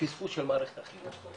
הפספוס של מערכת החינוך.